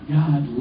God